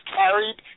carried